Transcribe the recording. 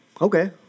Okay